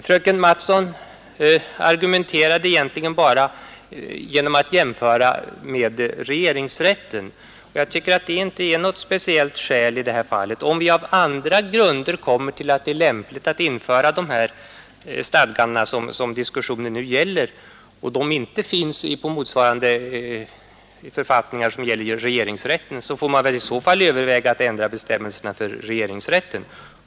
Fröken Mattson argumenterade egentligen bara genom att jämföra med regeringsrätten, men jag tycker inte att den jämförelsen har så stor betydelse. Om vi på andra grunder kommer fram till att det är lämpligt att behålla de stadganden, som diskussionen nu gäller, men sådana inte finns i motsvarande författningar för regeringsrätten, får man väl i så fall överväga att ändra bestämmelserna för regeringsrätten.